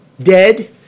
dead